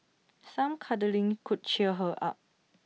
some cuddling could cheer her up